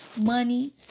money